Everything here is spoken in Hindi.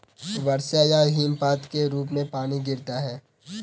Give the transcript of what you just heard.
वर्षा या हिमपात के रूप में पानी गिरता है